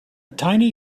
tiny